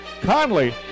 Conley